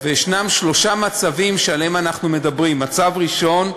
יש שלושה מצבים שעליהם אנחנו מדברים: מצב ראשון,